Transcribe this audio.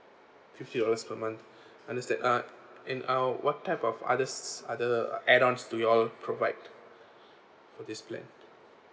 fifty dollars per month understand uh in uh what type of others other uh add ons do you all provide to this plan